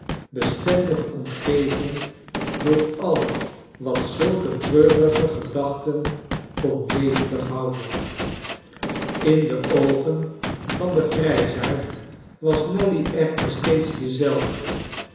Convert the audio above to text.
bestendig omgeven door al wat zulke treurige gedachten kon levendig houden in de oogen van den grijsaard was nelly echter steeds dezelfde